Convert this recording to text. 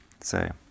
say